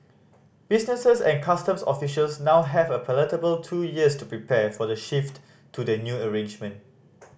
businesses and customs officials now have a palatable two years to prepare for the shift to the new arrangement